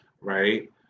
right